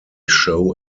show